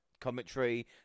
commentary